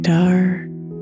dark